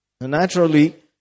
Naturally